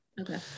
Okay